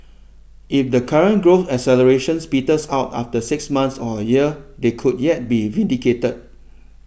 if the current growth accelerations peters out after six months or a year they could yet be vindicated